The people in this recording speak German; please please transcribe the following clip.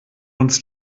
uns